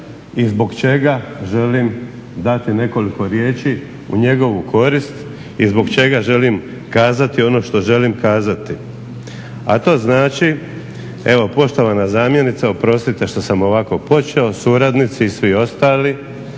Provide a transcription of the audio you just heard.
i zbog čega želim dati nekoliko riječi u njegovu korist i zbog čega želim kazati ono što želim kazati. A to znači evo poštovana zamjenice, oprostite što sam ovako počeo, suradnici i svi ostali.